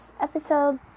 episode